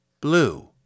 Blue